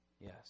Yes